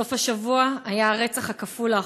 בסוף השבוע היה הרצח הכפול האחרון.